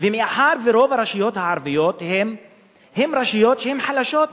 מאחר שרוב הרשויות הערביות הן רשויות חלשות,